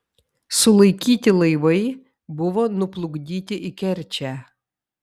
sulaikyti laivai buvo nuplukdyti į kerčę